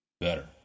better